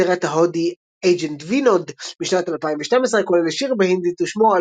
הסרט ההודי "Agent Vinod" משנת 2012 כולל שיר בהינדית ששמו "I'll